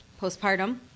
postpartum